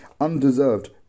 undeserved